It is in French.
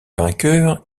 vainqueur